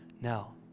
now